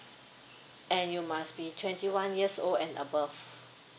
and you must be twenty one years old and above